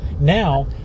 Now